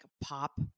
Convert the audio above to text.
pop